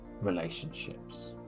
relationships